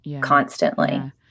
constantly